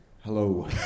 Hello